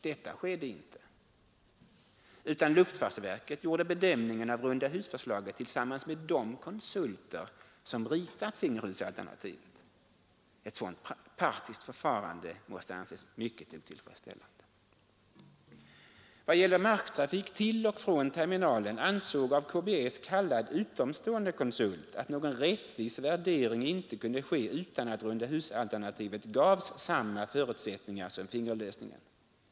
Detta skedde inte, utan luftfartsverket gjorde bedömningen av rundahusförslaget tillsammans med de konsulter som ritat fingerhusalternativet. Ett sådant partiskt förfarande måste anses helt otillfredsställande. Vad gäller marktrafik till och från terminalen ansåg av KBS kallad utomstående konsult att någon rättvis värdering inte kunde ske utan att rundahusalternativet gavs samma förutsättningar som fingerlösningen.